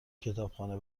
کتابخانه